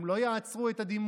הם לא יעצרו את הדימום,